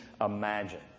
Imagine